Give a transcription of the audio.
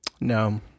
No